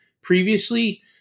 previously